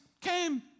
came